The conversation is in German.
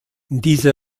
diese